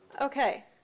Okay